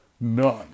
None